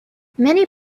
many